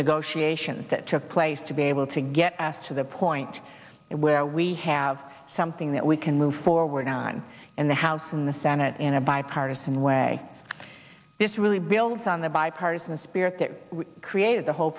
negotiations that took place to be able to get to the point where we have something that we can move forward on in the house in the senate in a bipartisan way this really builds on the bipartisan spirit that created the whole